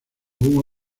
ningún